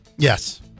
Yes